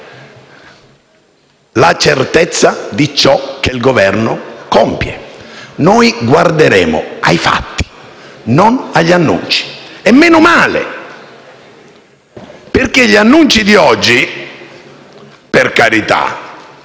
la certezza di ciò che il Governo compie. Noi guarderemo ai fatti, non agli annunci, e meno male perché gli annunci di oggi - per carità in parte